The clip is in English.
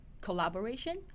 collaboration